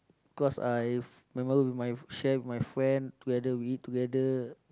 cause I memory with my share with my friend together we eat together